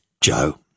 Joe